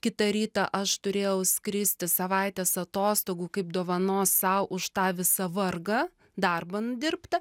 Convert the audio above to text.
kitą rytą aš turėjau skristi savaitės atostogų kaip dovanos sau už tą visą vargą darbą nudirbtą